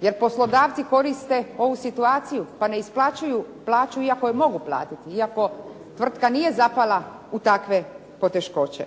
jer poslodavci koriste ovu situaciju pa ne isplaćuju plaću iako je mogu platiti, iako tvrtka nije zapala u takve poteškoće.